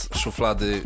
szuflady